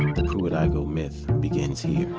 the pruitt-igoe myth begins here.